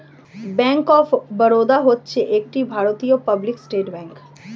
bank of Baroda হচ্ছে একটি ভারতীয় পাবলিক সেক্টর ব্যাঙ্ক